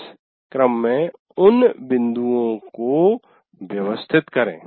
इस क्रम में उन बिन्दुओं को व्यवस्थित करें